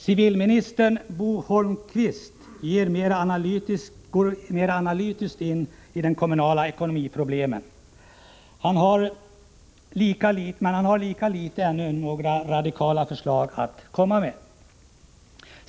Civilminister Bo Holmberg går mer analytiskt in på problemen i den kommunala ekonomin, men han har lika litet som statsministern några radikala förslag att komma med.